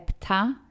Epta